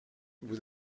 vous